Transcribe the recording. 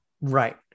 Right